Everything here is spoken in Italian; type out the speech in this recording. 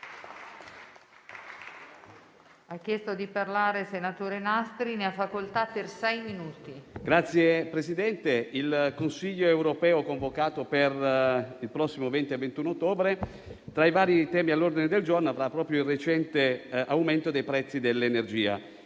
Signor Presidente, il Consiglio europeo convocato per il 21 e 22 ottobre tra i temi all'ordine del giorno avrà proprio il recente aumento dei prezzi dell'energia